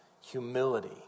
humility